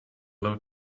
love